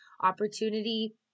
opportunity